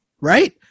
Right